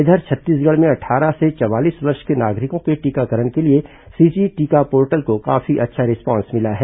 इधर छत्तीसगढ़ में अट्ठारह से चवालीस वर्ष के नागरिकों के टीकाकरण के लिए सीजी टीका पोर्टल को काफी अच्छा रिस्पॉन्स मिला है